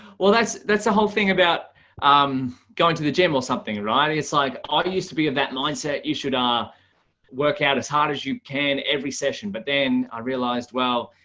well, that's that's the whole thing about um going to the gym or something, right. it's like i used to be in that mindset. you should um work out as hard as you can every session but then i realized, well,